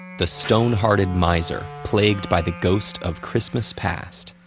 the stone-hearted miser plagued by the ghost of christmas past.